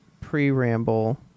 pre-ramble